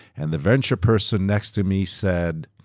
and the venture person next to me said,